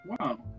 Wow